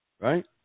Right